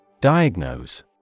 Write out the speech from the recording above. Diagnose